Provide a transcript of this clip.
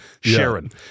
Sharon